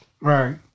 Right